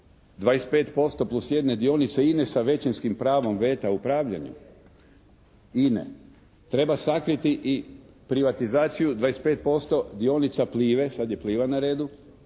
25% plus jedne dionice INA-e sa većinskim pravom veta u upravljanju INA-e. Treba sakriti i privatizaciju 25% dionica "Plive", sad je "Pliva" na redu